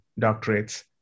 doctorates